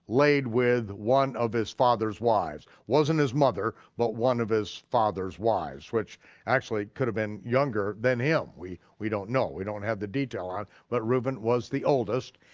laid with one of his father's wives. wasn't his mother, but one of his father's wives. which actually could've been younger than him, we we don't know, we don't have the detail on it, but reuben was the oldest,